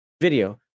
video